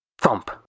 Thump